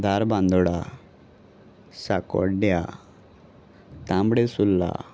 दारबांदोडा साको्ड्या तांबडे सुुल्ला